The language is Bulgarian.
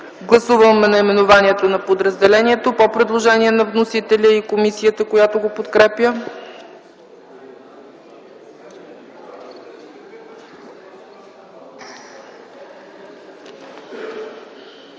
Гласуваме наименованието на подразделението по предложение на вносителя и комисията, която го подкрепя.